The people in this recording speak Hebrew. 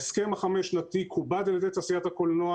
ההסכם החמש שנתי כובד על ידי תעשיית הקולנוע